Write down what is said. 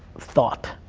thought.